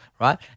right